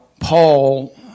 Paul